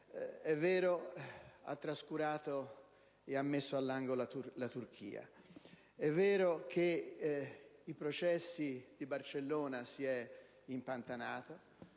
è vero che ha trascurato e messo all'angolo la Turchia; è vero che il processo di Barcellona si è impantanato